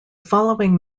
following